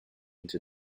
into